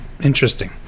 Interesting